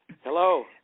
Hello